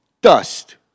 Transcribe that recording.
dust